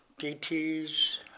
DTs